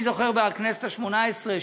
אני זוכר בכנסת השמונה-עשרה,